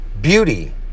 beauty